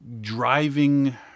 driving